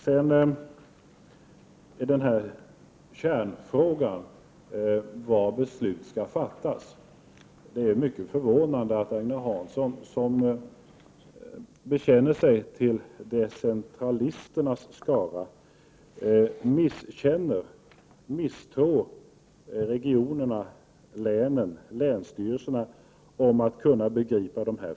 Beträffande kärnfrågan — var beslut skall fattas — är det mycket förvånande att Agne Hansson, som bekänner sig till decentralisternas skara, misstror regionerna, länen och länsstyrelserna, när det gäller att kunna begripa dessa frågor.